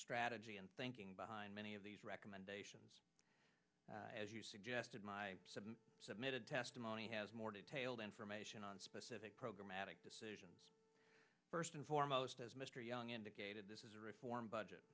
strategy and thinking behind many of these recommendations as you suggested my submitted testimony has more detailed information on specific program mattick decisions first and foremost as mr young indicated this is a reform budget